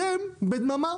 אתם בדממה.